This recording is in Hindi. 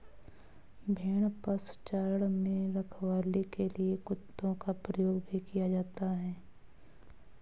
भेड़ पशुचारण में रखवाली के लिए कुत्तों का प्रयोग भी किया जाता है